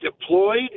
deployed